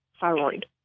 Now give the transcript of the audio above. thyroid